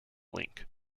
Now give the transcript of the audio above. link